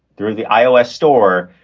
through the ios store,